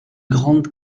grande